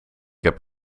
heb